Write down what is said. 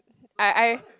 I I